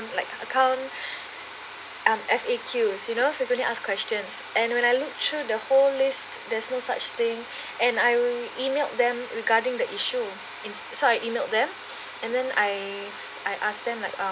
like account um F_A_Q frequently asked question and when I look through the whole list there's no such thing and I will emailed them regarding the issue in~ so I email them and then I I ask them like uh